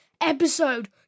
episode